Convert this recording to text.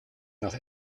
nach